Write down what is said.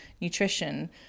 nutrition